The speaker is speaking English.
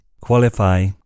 qualify